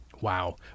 Wow